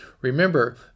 Remember